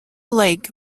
lake